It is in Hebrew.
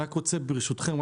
ברשותכם,